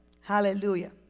hallelujah